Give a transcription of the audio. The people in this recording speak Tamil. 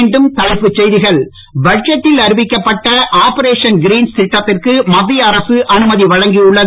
மீண்டும் தலைப்புச் செய்திகள் பட்ஜெட்டில் அறிவிக்கப்பட்ட ஆபரேஷன் கிரீன்ஸ் திட்டத்திற்கு மத்திய அரசு அனுமதி வழங்கியுள்ளது